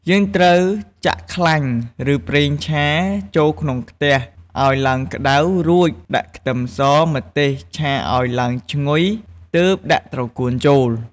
យើងត្រូវចាក់ខ្លាញ់ ឬប្រេងឆាចូលក្នុងខ្ទះឲ្យឡើងក្ដៅ រួចដាក់ខ្ទឹមស ម្ទេស ឆាឲ្យឡើងឈ្ងុយទើបដាក់ត្រកួនចូល។